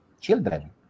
children